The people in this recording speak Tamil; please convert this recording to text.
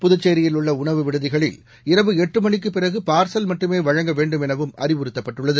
புதுச்சேரியில் உள்ள உணவு விடுதிகளில் இரவு எட்டு மணிக்கு பிறகு பார்சல் மட்டுமே வழங்க வேண்டும் எனவும் அறிவுறுத்தப்பட்டுள்ளது